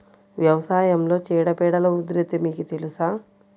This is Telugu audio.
వ్యవసాయంలో చీడపీడల ఉధృతి మీకు తెలుసా?